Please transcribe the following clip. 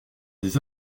des